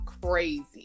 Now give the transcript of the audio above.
crazy